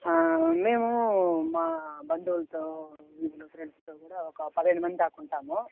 మేము మా బంధువులతో వీధిలో ఫ్రెండ్స్తో కూడా ఒక పదిహేను మంది దాకా ఉంటాము